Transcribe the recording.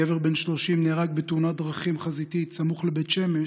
גבר בן 30 נהרג בתאונת דרכים חזיתית סמוך לבית שמש,